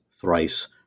thrice